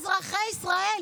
אזרחי ישראל,